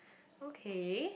okay